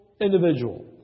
Individual